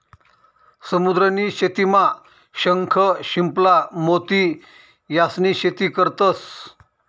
समुद्र नी शेतीमा शंख, शिंपला, मोती यास्नी शेती करतंस